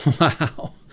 wow